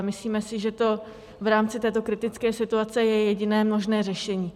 Myslíme si, že to v rámci této kritické situace je jediné možné řešení.